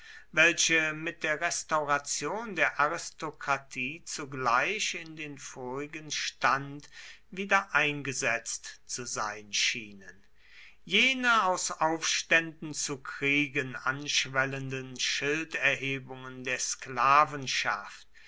welche mit der restauration der aristokratie zugleich in den vorigen stand wieder eingesetzt zu sein schienen jene aus aufständen zu kriegen anschwellenden schilderhebungen der